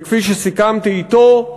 וכפי שסיכמתי אתו,